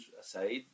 aside